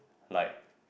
like